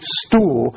stool